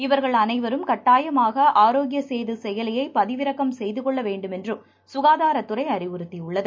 இவர்கள் அனைவரும் கட்டாயமாக ஆரோக்கிய சேது செயலியை பதிவிறக்கம் செய்து கொள்ள வேண்டுமென்றும் சுகாதாரத்துறை அறிவுறுத்தியுள்ளது